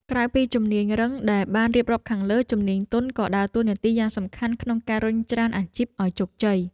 ក្រៅពីជំនាញរឹងដែលបានរៀបរាប់ខាងលើ ជំនាញទន់ក៏ដើរតួនាទីយ៉ាងសំខាន់ក្នុងការរុញច្រានអាជីពឱ្យជោគជ័យ។